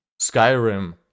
Skyrim